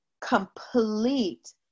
complete